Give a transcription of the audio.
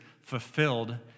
fulfilled